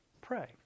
pray